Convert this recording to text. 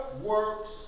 works